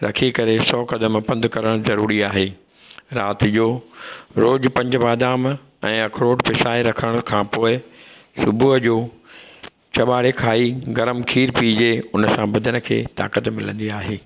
रखी करे सौ कदम पंधु करणु ज़रूरी आहे राति जो रोज़ु पंज बादाम ऐं अखरोट पुसाए रखण खां पोइ सुबुह जो चॿारे खाई गरम खीर पीजे हुनसां बदनि खे ताकत मिलंदी आहे